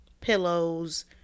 pillows